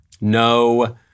no